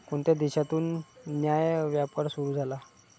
कोणत्या देशातून न्याय्य व्यापार सुरू झाला?